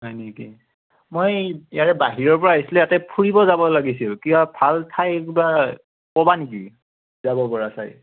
হয় নেকি মই ইয়াৰে বাহিৰৰ পৰা আহিছিলো ইয়াতে ফুৰিব যাব লাগিছিল কিবা ভাল ঠাই কিবা ক'বা নেকি যাব পৰা চাই